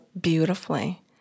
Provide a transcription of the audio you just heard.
beautifully